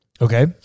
Okay